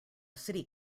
city